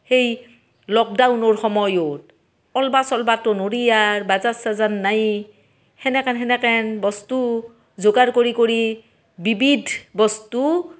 সেই লকডাউনৰ সময়ত ওলবা চোল্বাটো ন'ৰি আৰ বাজাৰ চাজাৰ নাই সেনেকেন সেনেকেন বস্তু যোগাৰ কৰি কৰি বিবিধ বস্তু